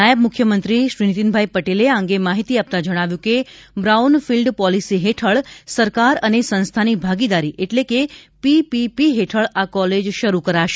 નાયબ મુખ્યમંત્રી શ્રી નીતિનભાઈ પટેલે આ અંગે માહિતી આપતા જણાવ્યું કે બ્રાઉન ફીલ્ડ પોલિસી હેઠળ સરકાર અને સંસ્થાની ભાગીદારી એટલે કે પીપીપી હેઠળ આ કોલેજ શરૂ કરાશે